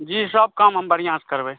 जी सब काम हम बढ़िआँस करबै